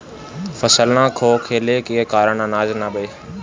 फसल ना होखले के कारण अनाज ना बा